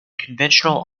conventional